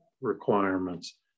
requirements